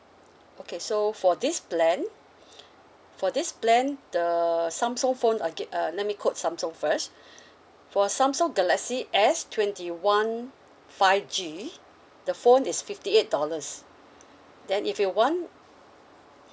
okay so for this plan for this plan the Samsung phone okay uh let me quote Samsung first for Samsung galaxy S twenty one five G the phone is fifty eight dollars then if you want